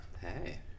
Hey